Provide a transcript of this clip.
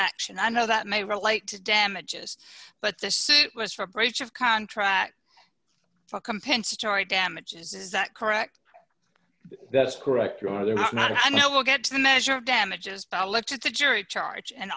action i know that may relate to damages but the suit was for breach of contract for compensatory damages is that correct that's not i know we'll get to the measure of damages but i looked at the jury charge and